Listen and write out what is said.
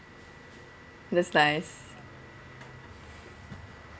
that's nice